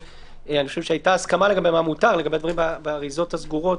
אני חושב שהייתה הסכמה לגבי מה מותר לגבי הדברים באריזות הסגורות,